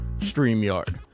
StreamYard